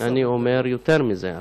אני אומר יותר מזה אפילו: